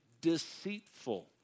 deceitful